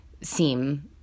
seem